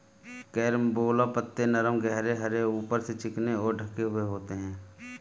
carambola पत्ते नरम गहरे हरे ऊपर से चिकने और ढके हुए होते हैं